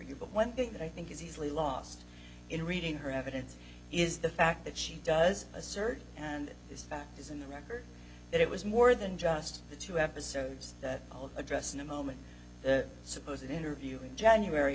you but one thing that i think is easily lost in reading her evidence is the fact that she does assert and this fact is in the record that it was more than just the two episodes that i'll address in a moment suppose an interview in january